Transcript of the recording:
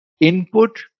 Input